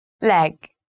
Leg